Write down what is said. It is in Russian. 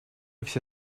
все